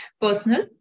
personal